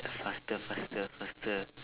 faster faster faster